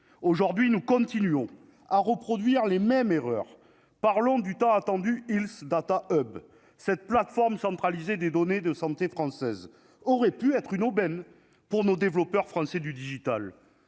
aujourd'hui, nous continuons à reproduire les mêmes erreurs, parlons du tant attendu Health Data hub, cette plateforme centralisée des données de santé française aurait pu être une aubaine pour nos développeurs français du digital